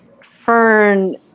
Fern